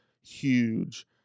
huge